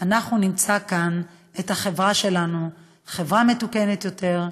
אנחנו נמצא כאן את החברה שלנו חברה מתוקנת יותר,